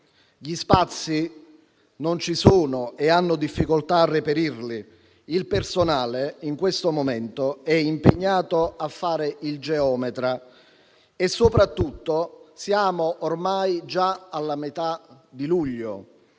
Gli spazi non ci sono e si hanno difficoltà a reperirli; il personale, in questo momento, è impegnato a fare il geometra e, soprattutto, siamo ormai già alla metà di luglio.